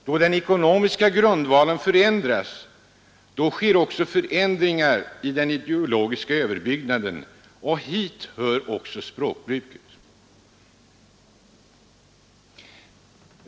Då den ekonomiska grundvalen förändras, sker också förändringar i den ideologiska överbyggnaden, och hit hör språkbruket.